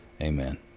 Amen